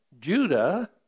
Judah